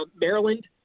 Maryland